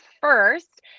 first